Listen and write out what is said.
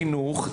חינוך,